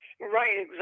Right